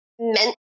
meant